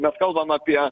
mes kalbam apie